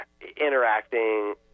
interacting